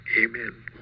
amen